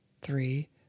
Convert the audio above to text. three